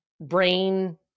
brain